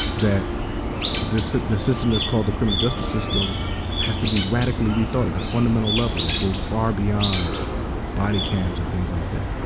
that this system that's called the criminal justice system has to be radically rethought at a fundamental level that goes far beyond body cams and things like that.